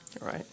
right